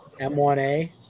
m1a